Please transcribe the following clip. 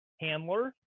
handler